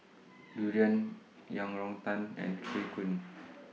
Durian Yang Rou Tang and Soon Kuih